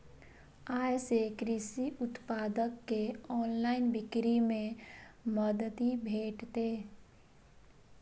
अय सं कृषि उत्पाद के ऑनलाइन बिक्री मे मदति भेटतै